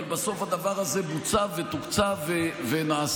אבל בסוף הדבר הזה בוצע ותוקצב ונעשה.